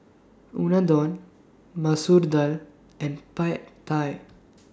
Unadon Masoor Dal and Pad Thai